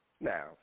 Now